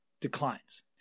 declines